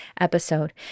episode